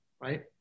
right